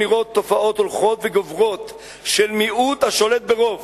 הולכות וגוברות של מיעוט השולט ברוב.